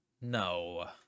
No